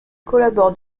collaborent